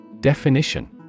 Definition